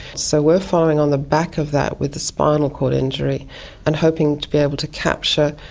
so we are following on the back of that with the spinal cord injury and hoping to be able to capture,